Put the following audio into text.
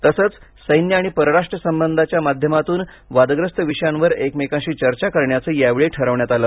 तसंच सैन्य आणि परराष्ट्र संबंधांच्या माध्यमातून वादग्रस्त विषयांवर एकमेकांशी चर्चा करण्याचे यावेळी ठरवण्यात आलं